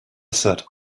set